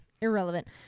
Irrelevant